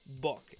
book